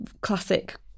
classic